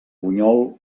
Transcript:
bunyol